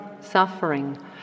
suffering